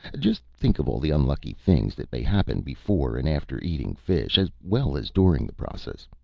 just think of all the unlucky things that may happen before and after eating fish, as well as during the process.